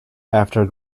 after